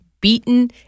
Beaten